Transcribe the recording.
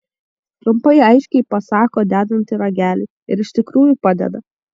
trumpai aiškiai pasako dedanti ragelį ir iš tikrųjų padeda